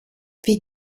wie